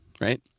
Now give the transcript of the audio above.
right